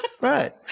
Right